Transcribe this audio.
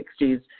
1960s